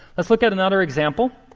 let's look at another example,